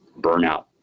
burnout